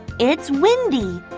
it's windy.